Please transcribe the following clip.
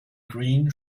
green